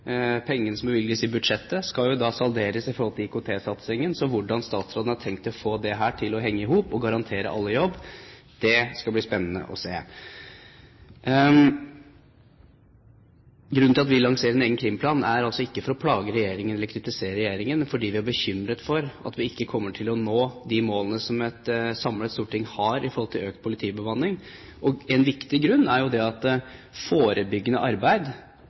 Pengene som bevilges i budsjettet, skal jo da salderes i forhold til IKT-satsingen. Så hvordan statsråden har tenkt å få dette til å henge i hop, og garantere alle jobb, skal bli spennende å se. At vi lanserer en egen krimplan, er altså ikke for å plage regjeringen eller kritisere regjeringen fordi vi er bekymret for at vi ikke kommer til å nå de målene som et samlet storting har i forhold til økt politibemanning. En viktig grunn er jo at forebyggende arbeid